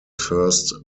first